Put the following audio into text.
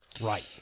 right